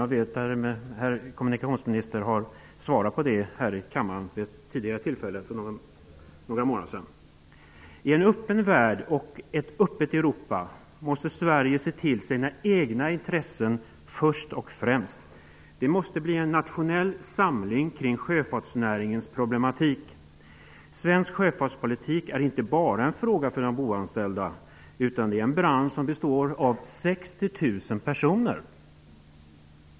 Jag vet att herr kommunikationsministern har svarat på frågor om detta här i kammaren vid ett tidigare tillfälle för några månader sedan. I en öppen värld och i ett öppet Europa måste Sverige se till sina egna intressen först och främst. Det måste till en nationell samling kring sjöfartsnäringens problematik. Svensk sjöfart är inte bara en fråga för de ombordanställda; det är en bransch som består av 60 000 personer.